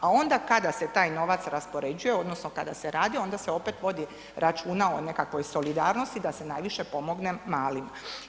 A onda kada se taj novac raspoređuje odnosno kada se radi onda se opet vodi računa one kakvoj solidarnosti da se najviše pomogne malima.